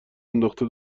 انداخته